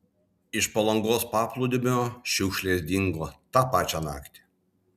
iš palangos paplūdimio šiukšlės dingo tą pačią naktį